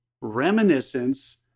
Reminiscence